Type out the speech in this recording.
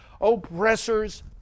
oppressors